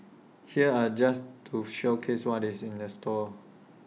here are just to showcase what's in store